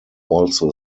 also